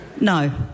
No